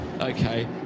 Okay